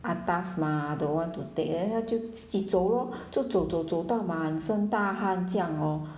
atas mah don't want to take then 她就自己走 lor 就走走走走到满身大汗这样 lor